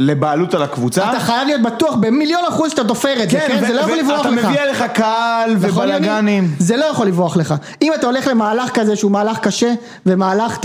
לבעלות על הקבוצה? אתה חייב להיות בטוח במיליון אחוז אתה תופר את זה זה לא יכול לברוח לך אתה מביא אליך קהל ובלאגנים זה לא יכול לברוח לך אם אתה הולך למהלך כזה שהוא מהלך קשה ומהלך